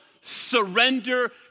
surrender